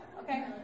okay